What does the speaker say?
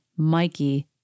Mikey